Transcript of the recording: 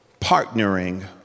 partnering